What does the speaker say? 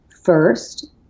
first